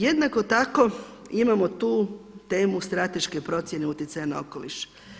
Jednako tako imamo tu temu strateške procjene utjecaja na okoliš.